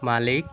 মালিক